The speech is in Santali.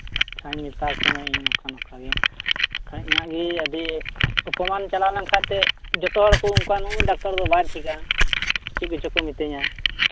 ᱟᱪᱪᱷᱟᱧ ᱢᱮᱛᱟ ᱠᱚ ᱠᱟᱱᱟ ᱤᱧ ᱱᱚᱝᱠᱟ ᱱᱚᱝᱠᱟ ᱜᱮ ᱟᱨ ᱵᱟᱠᱷᱟᱱ ᱤᱧᱟᱹᱜ ᱜᱮ ᱟᱹᱰᱤ ᱚᱯᱚᱢᱟᱱ ᱪᱟᱞᱟᱣ ᱞᱮᱱᱠᱷᱟᱱ ᱮᱱᱛᱮᱫ ᱡᱚᱛᱚ ᱦᱚᱲ ᱠᱚ ᱚᱱᱠᱟ ᱱᱩᱭ ᱰᱟᱠᱴᱚᱨ ᱫᱚ ᱵᱟᱭ ᱴᱷᱤᱠᱟ ᱪᱮᱫ ᱠᱚᱪᱚ ᱠᱚ ᱢᱤᱛᱟᱹᱧᱟ